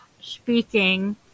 speaking